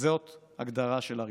זאת הגדרה של עריצות.